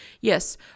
Yes